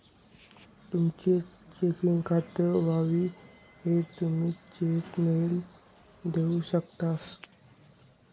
तुमनं चेकिंग खातं व्हयी ते तुमी चेक मेल देऊ शकतंस